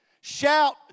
Shout